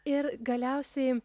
ir galiausiai